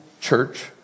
church